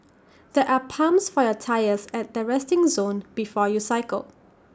there are pumps for your tyres at the resting zone before you cycle